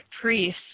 priests